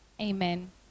amen